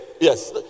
yes